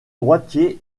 droitier